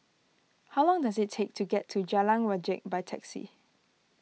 how long does it take to get to Jalan Wajek by taxi